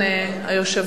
נתקבלה.